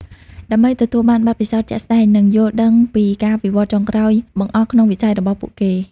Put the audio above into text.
ដើម្បីទទួលបានបទពិសោធន៍ជាក់ស្តែង និងយល់ដឹងពីការវិវត្តន៍ចុងក្រោយបង្អស់ក្នុងវិស័យរបស់ពួកគេ។